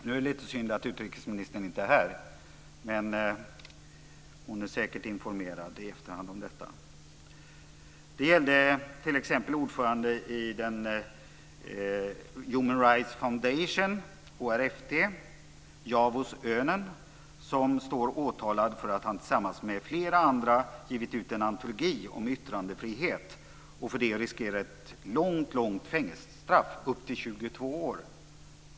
Det är lite synd att utrikesministern inte är här, men hon blir säkert informerad i efterhand om detta. Det gällde t.ex. ordföranden i Human Rights Foundation eller HRFT, Yavuz Önen, som står åtalad för att han tillsammans med flera andra givit ut en antologi om yttrandefrihet och för det riskerar ett långt fängelsestraff - upp till 22 år.